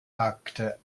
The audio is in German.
hakte